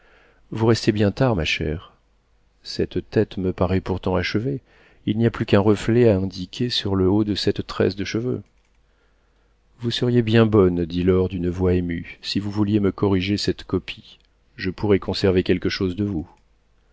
vous restez bien tard ma chère cette tête me paraît pourtant achevée il n'y a plus qu'un reflet à indiquer sur le haut de cette tresse de cheveux vous seriez bien bonne dit laure d'une voix émue si vous vouliez me corriger cette copie je pourrais conserver quelque chose de vous